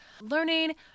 learning